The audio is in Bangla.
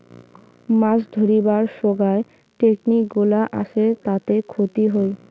মাছ ধরিবার সোগায় টেকনিক গুলা আসে তাতে ক্ষতি হই